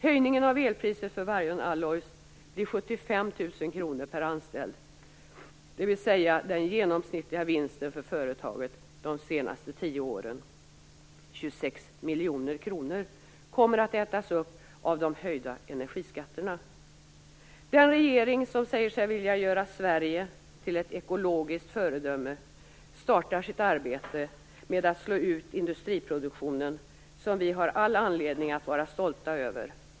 Höjningen av elpriset för Vargön Alloys blir 75 000 kr per anställd, dvs. den genomsnittliga vinsten för företaget de senaste tio åren, 26 miljoner kronor, kommer att ätas upp av de höjda energiskatterna. Den regering som säger sig vilja göra Sverige till ett ekologiskt föredöme startar sitt arbete med att slå ut industriproduktionen, som vi har all anledning att vara stolta över.